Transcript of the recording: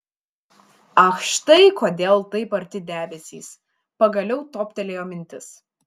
ach štai kodėl taip arti debesys pagaliau toptelėjo mintis